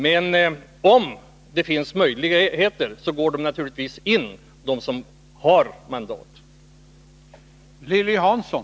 Men om det finns möjligheter går naturligtvis de med mandaten in.